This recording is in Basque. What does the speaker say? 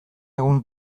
egun